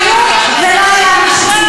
מי יודע כמה מעשים כאלה היו ולא היה מי שצילם.